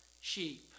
sheep